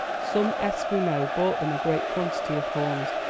some esquimaux brought them a great quantity of horns,